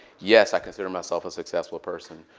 yes, i consider myself a successful person.